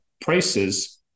prices